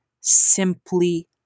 simply